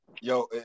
Yo